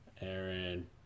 Aaron